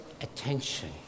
attention